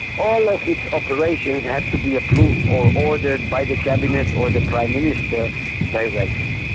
all of its operations have to be approved or ordered by the cabinet or the prime minister directly.